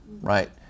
right